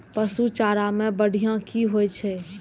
पशु चारा मैं बढ़िया की होय छै?